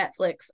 Netflix